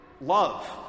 Love